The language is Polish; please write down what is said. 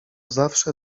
zawsze